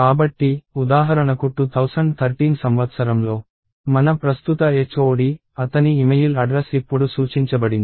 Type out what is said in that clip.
కాబట్టి ఉదాహరణకు 2013 సంవత్సరంలో మన ప్రస్తుత HOD అతని ఇమెయిల్ అడ్రస్ ఇప్పుడు సూచించబడింది